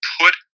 put